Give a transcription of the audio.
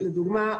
לדוגמה,